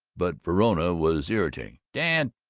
but verona was irritating. dad,